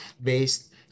based